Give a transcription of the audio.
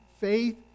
faith